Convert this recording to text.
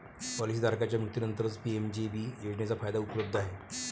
policy धारकाच्या मृत्यूनंतरच PMJJB योजनेचा फायदा उपलब्ध आहे